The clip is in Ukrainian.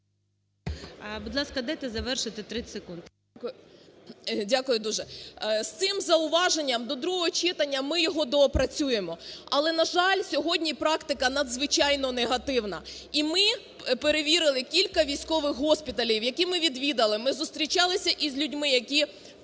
В.П. Дякую дуже. З цим зауваженням до другого читання ми його доопрацюємо. Але, на жаль, сьогодні практика надзвичайно негативна. І ми перевірили кілька військових госпіталів, які ми відвідали, ми зустрічалися із людьми, які